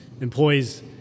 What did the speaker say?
employees